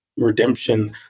Redemption